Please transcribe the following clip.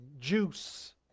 juice